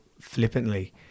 flippantly